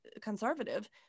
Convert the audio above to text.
conservative